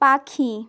পাখি